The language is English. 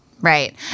Right